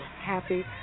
happy